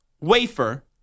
wafer